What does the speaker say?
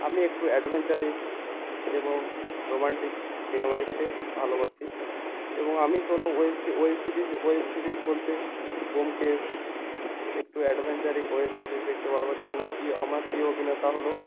আমি একটু অ্যাডভেঞ্চারে এবং রোম্যান্টিক সিনেমা দেখতে ভালোবাসি এবং আমি কোনো web web series web series বলতে ব্যোমকেশ একটু অ্যাডভেঞ্চারিক ওয়েব সিরিজ দেখতে ভালোবাসি আপনার প্রিয় আমার প্রিয় অভিনেতা হলো